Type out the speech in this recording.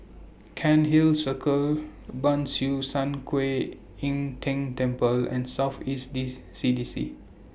Cairnhill Circle Ban Siew San Kuan Im Tng Temple and South East dis C D C